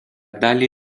dalį